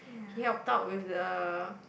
he helped out with the